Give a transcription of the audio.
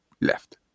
left